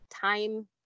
time